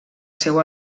seu